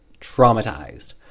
traumatized